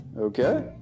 Okay